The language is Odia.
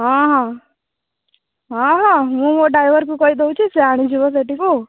ହଁ ହଁ ହଁ ହଁ ମୁଁ ମୋ ଡ୍ରାଇଭର୍ କୁ କହି ଦେଉଛି ସେ ଆଣିଯିବ ସେଠିକୁ